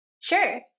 Sure